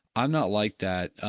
ah not like that,